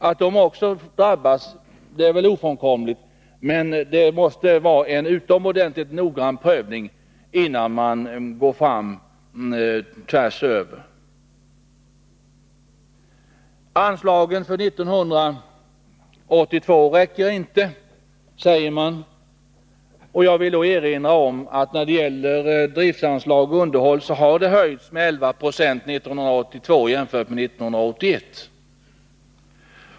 Att de också drabbas är väl ofrånkomligt, men det måste göras en utomordentligt noggrann prövning. Anslagen för 1982 räcker inte, säger man. Jag vill då erinra om att när det gäller driftanslag och underhållsanslag, så har det gjorts en höjning med 11 90 för 1982 jämfört med 1981.